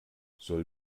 soll